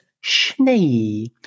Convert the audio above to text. schnee